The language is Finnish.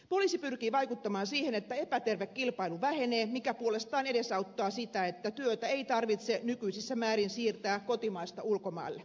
poliisi pyrkii vaikuttamaan siihen että epäterve kilpailu vähenee mikä puolestaan edesauttaa sitä että työtä ei tarvitse nykyisessä määrin siirtää kotimaasta ulkomaille